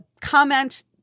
comment